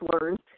learned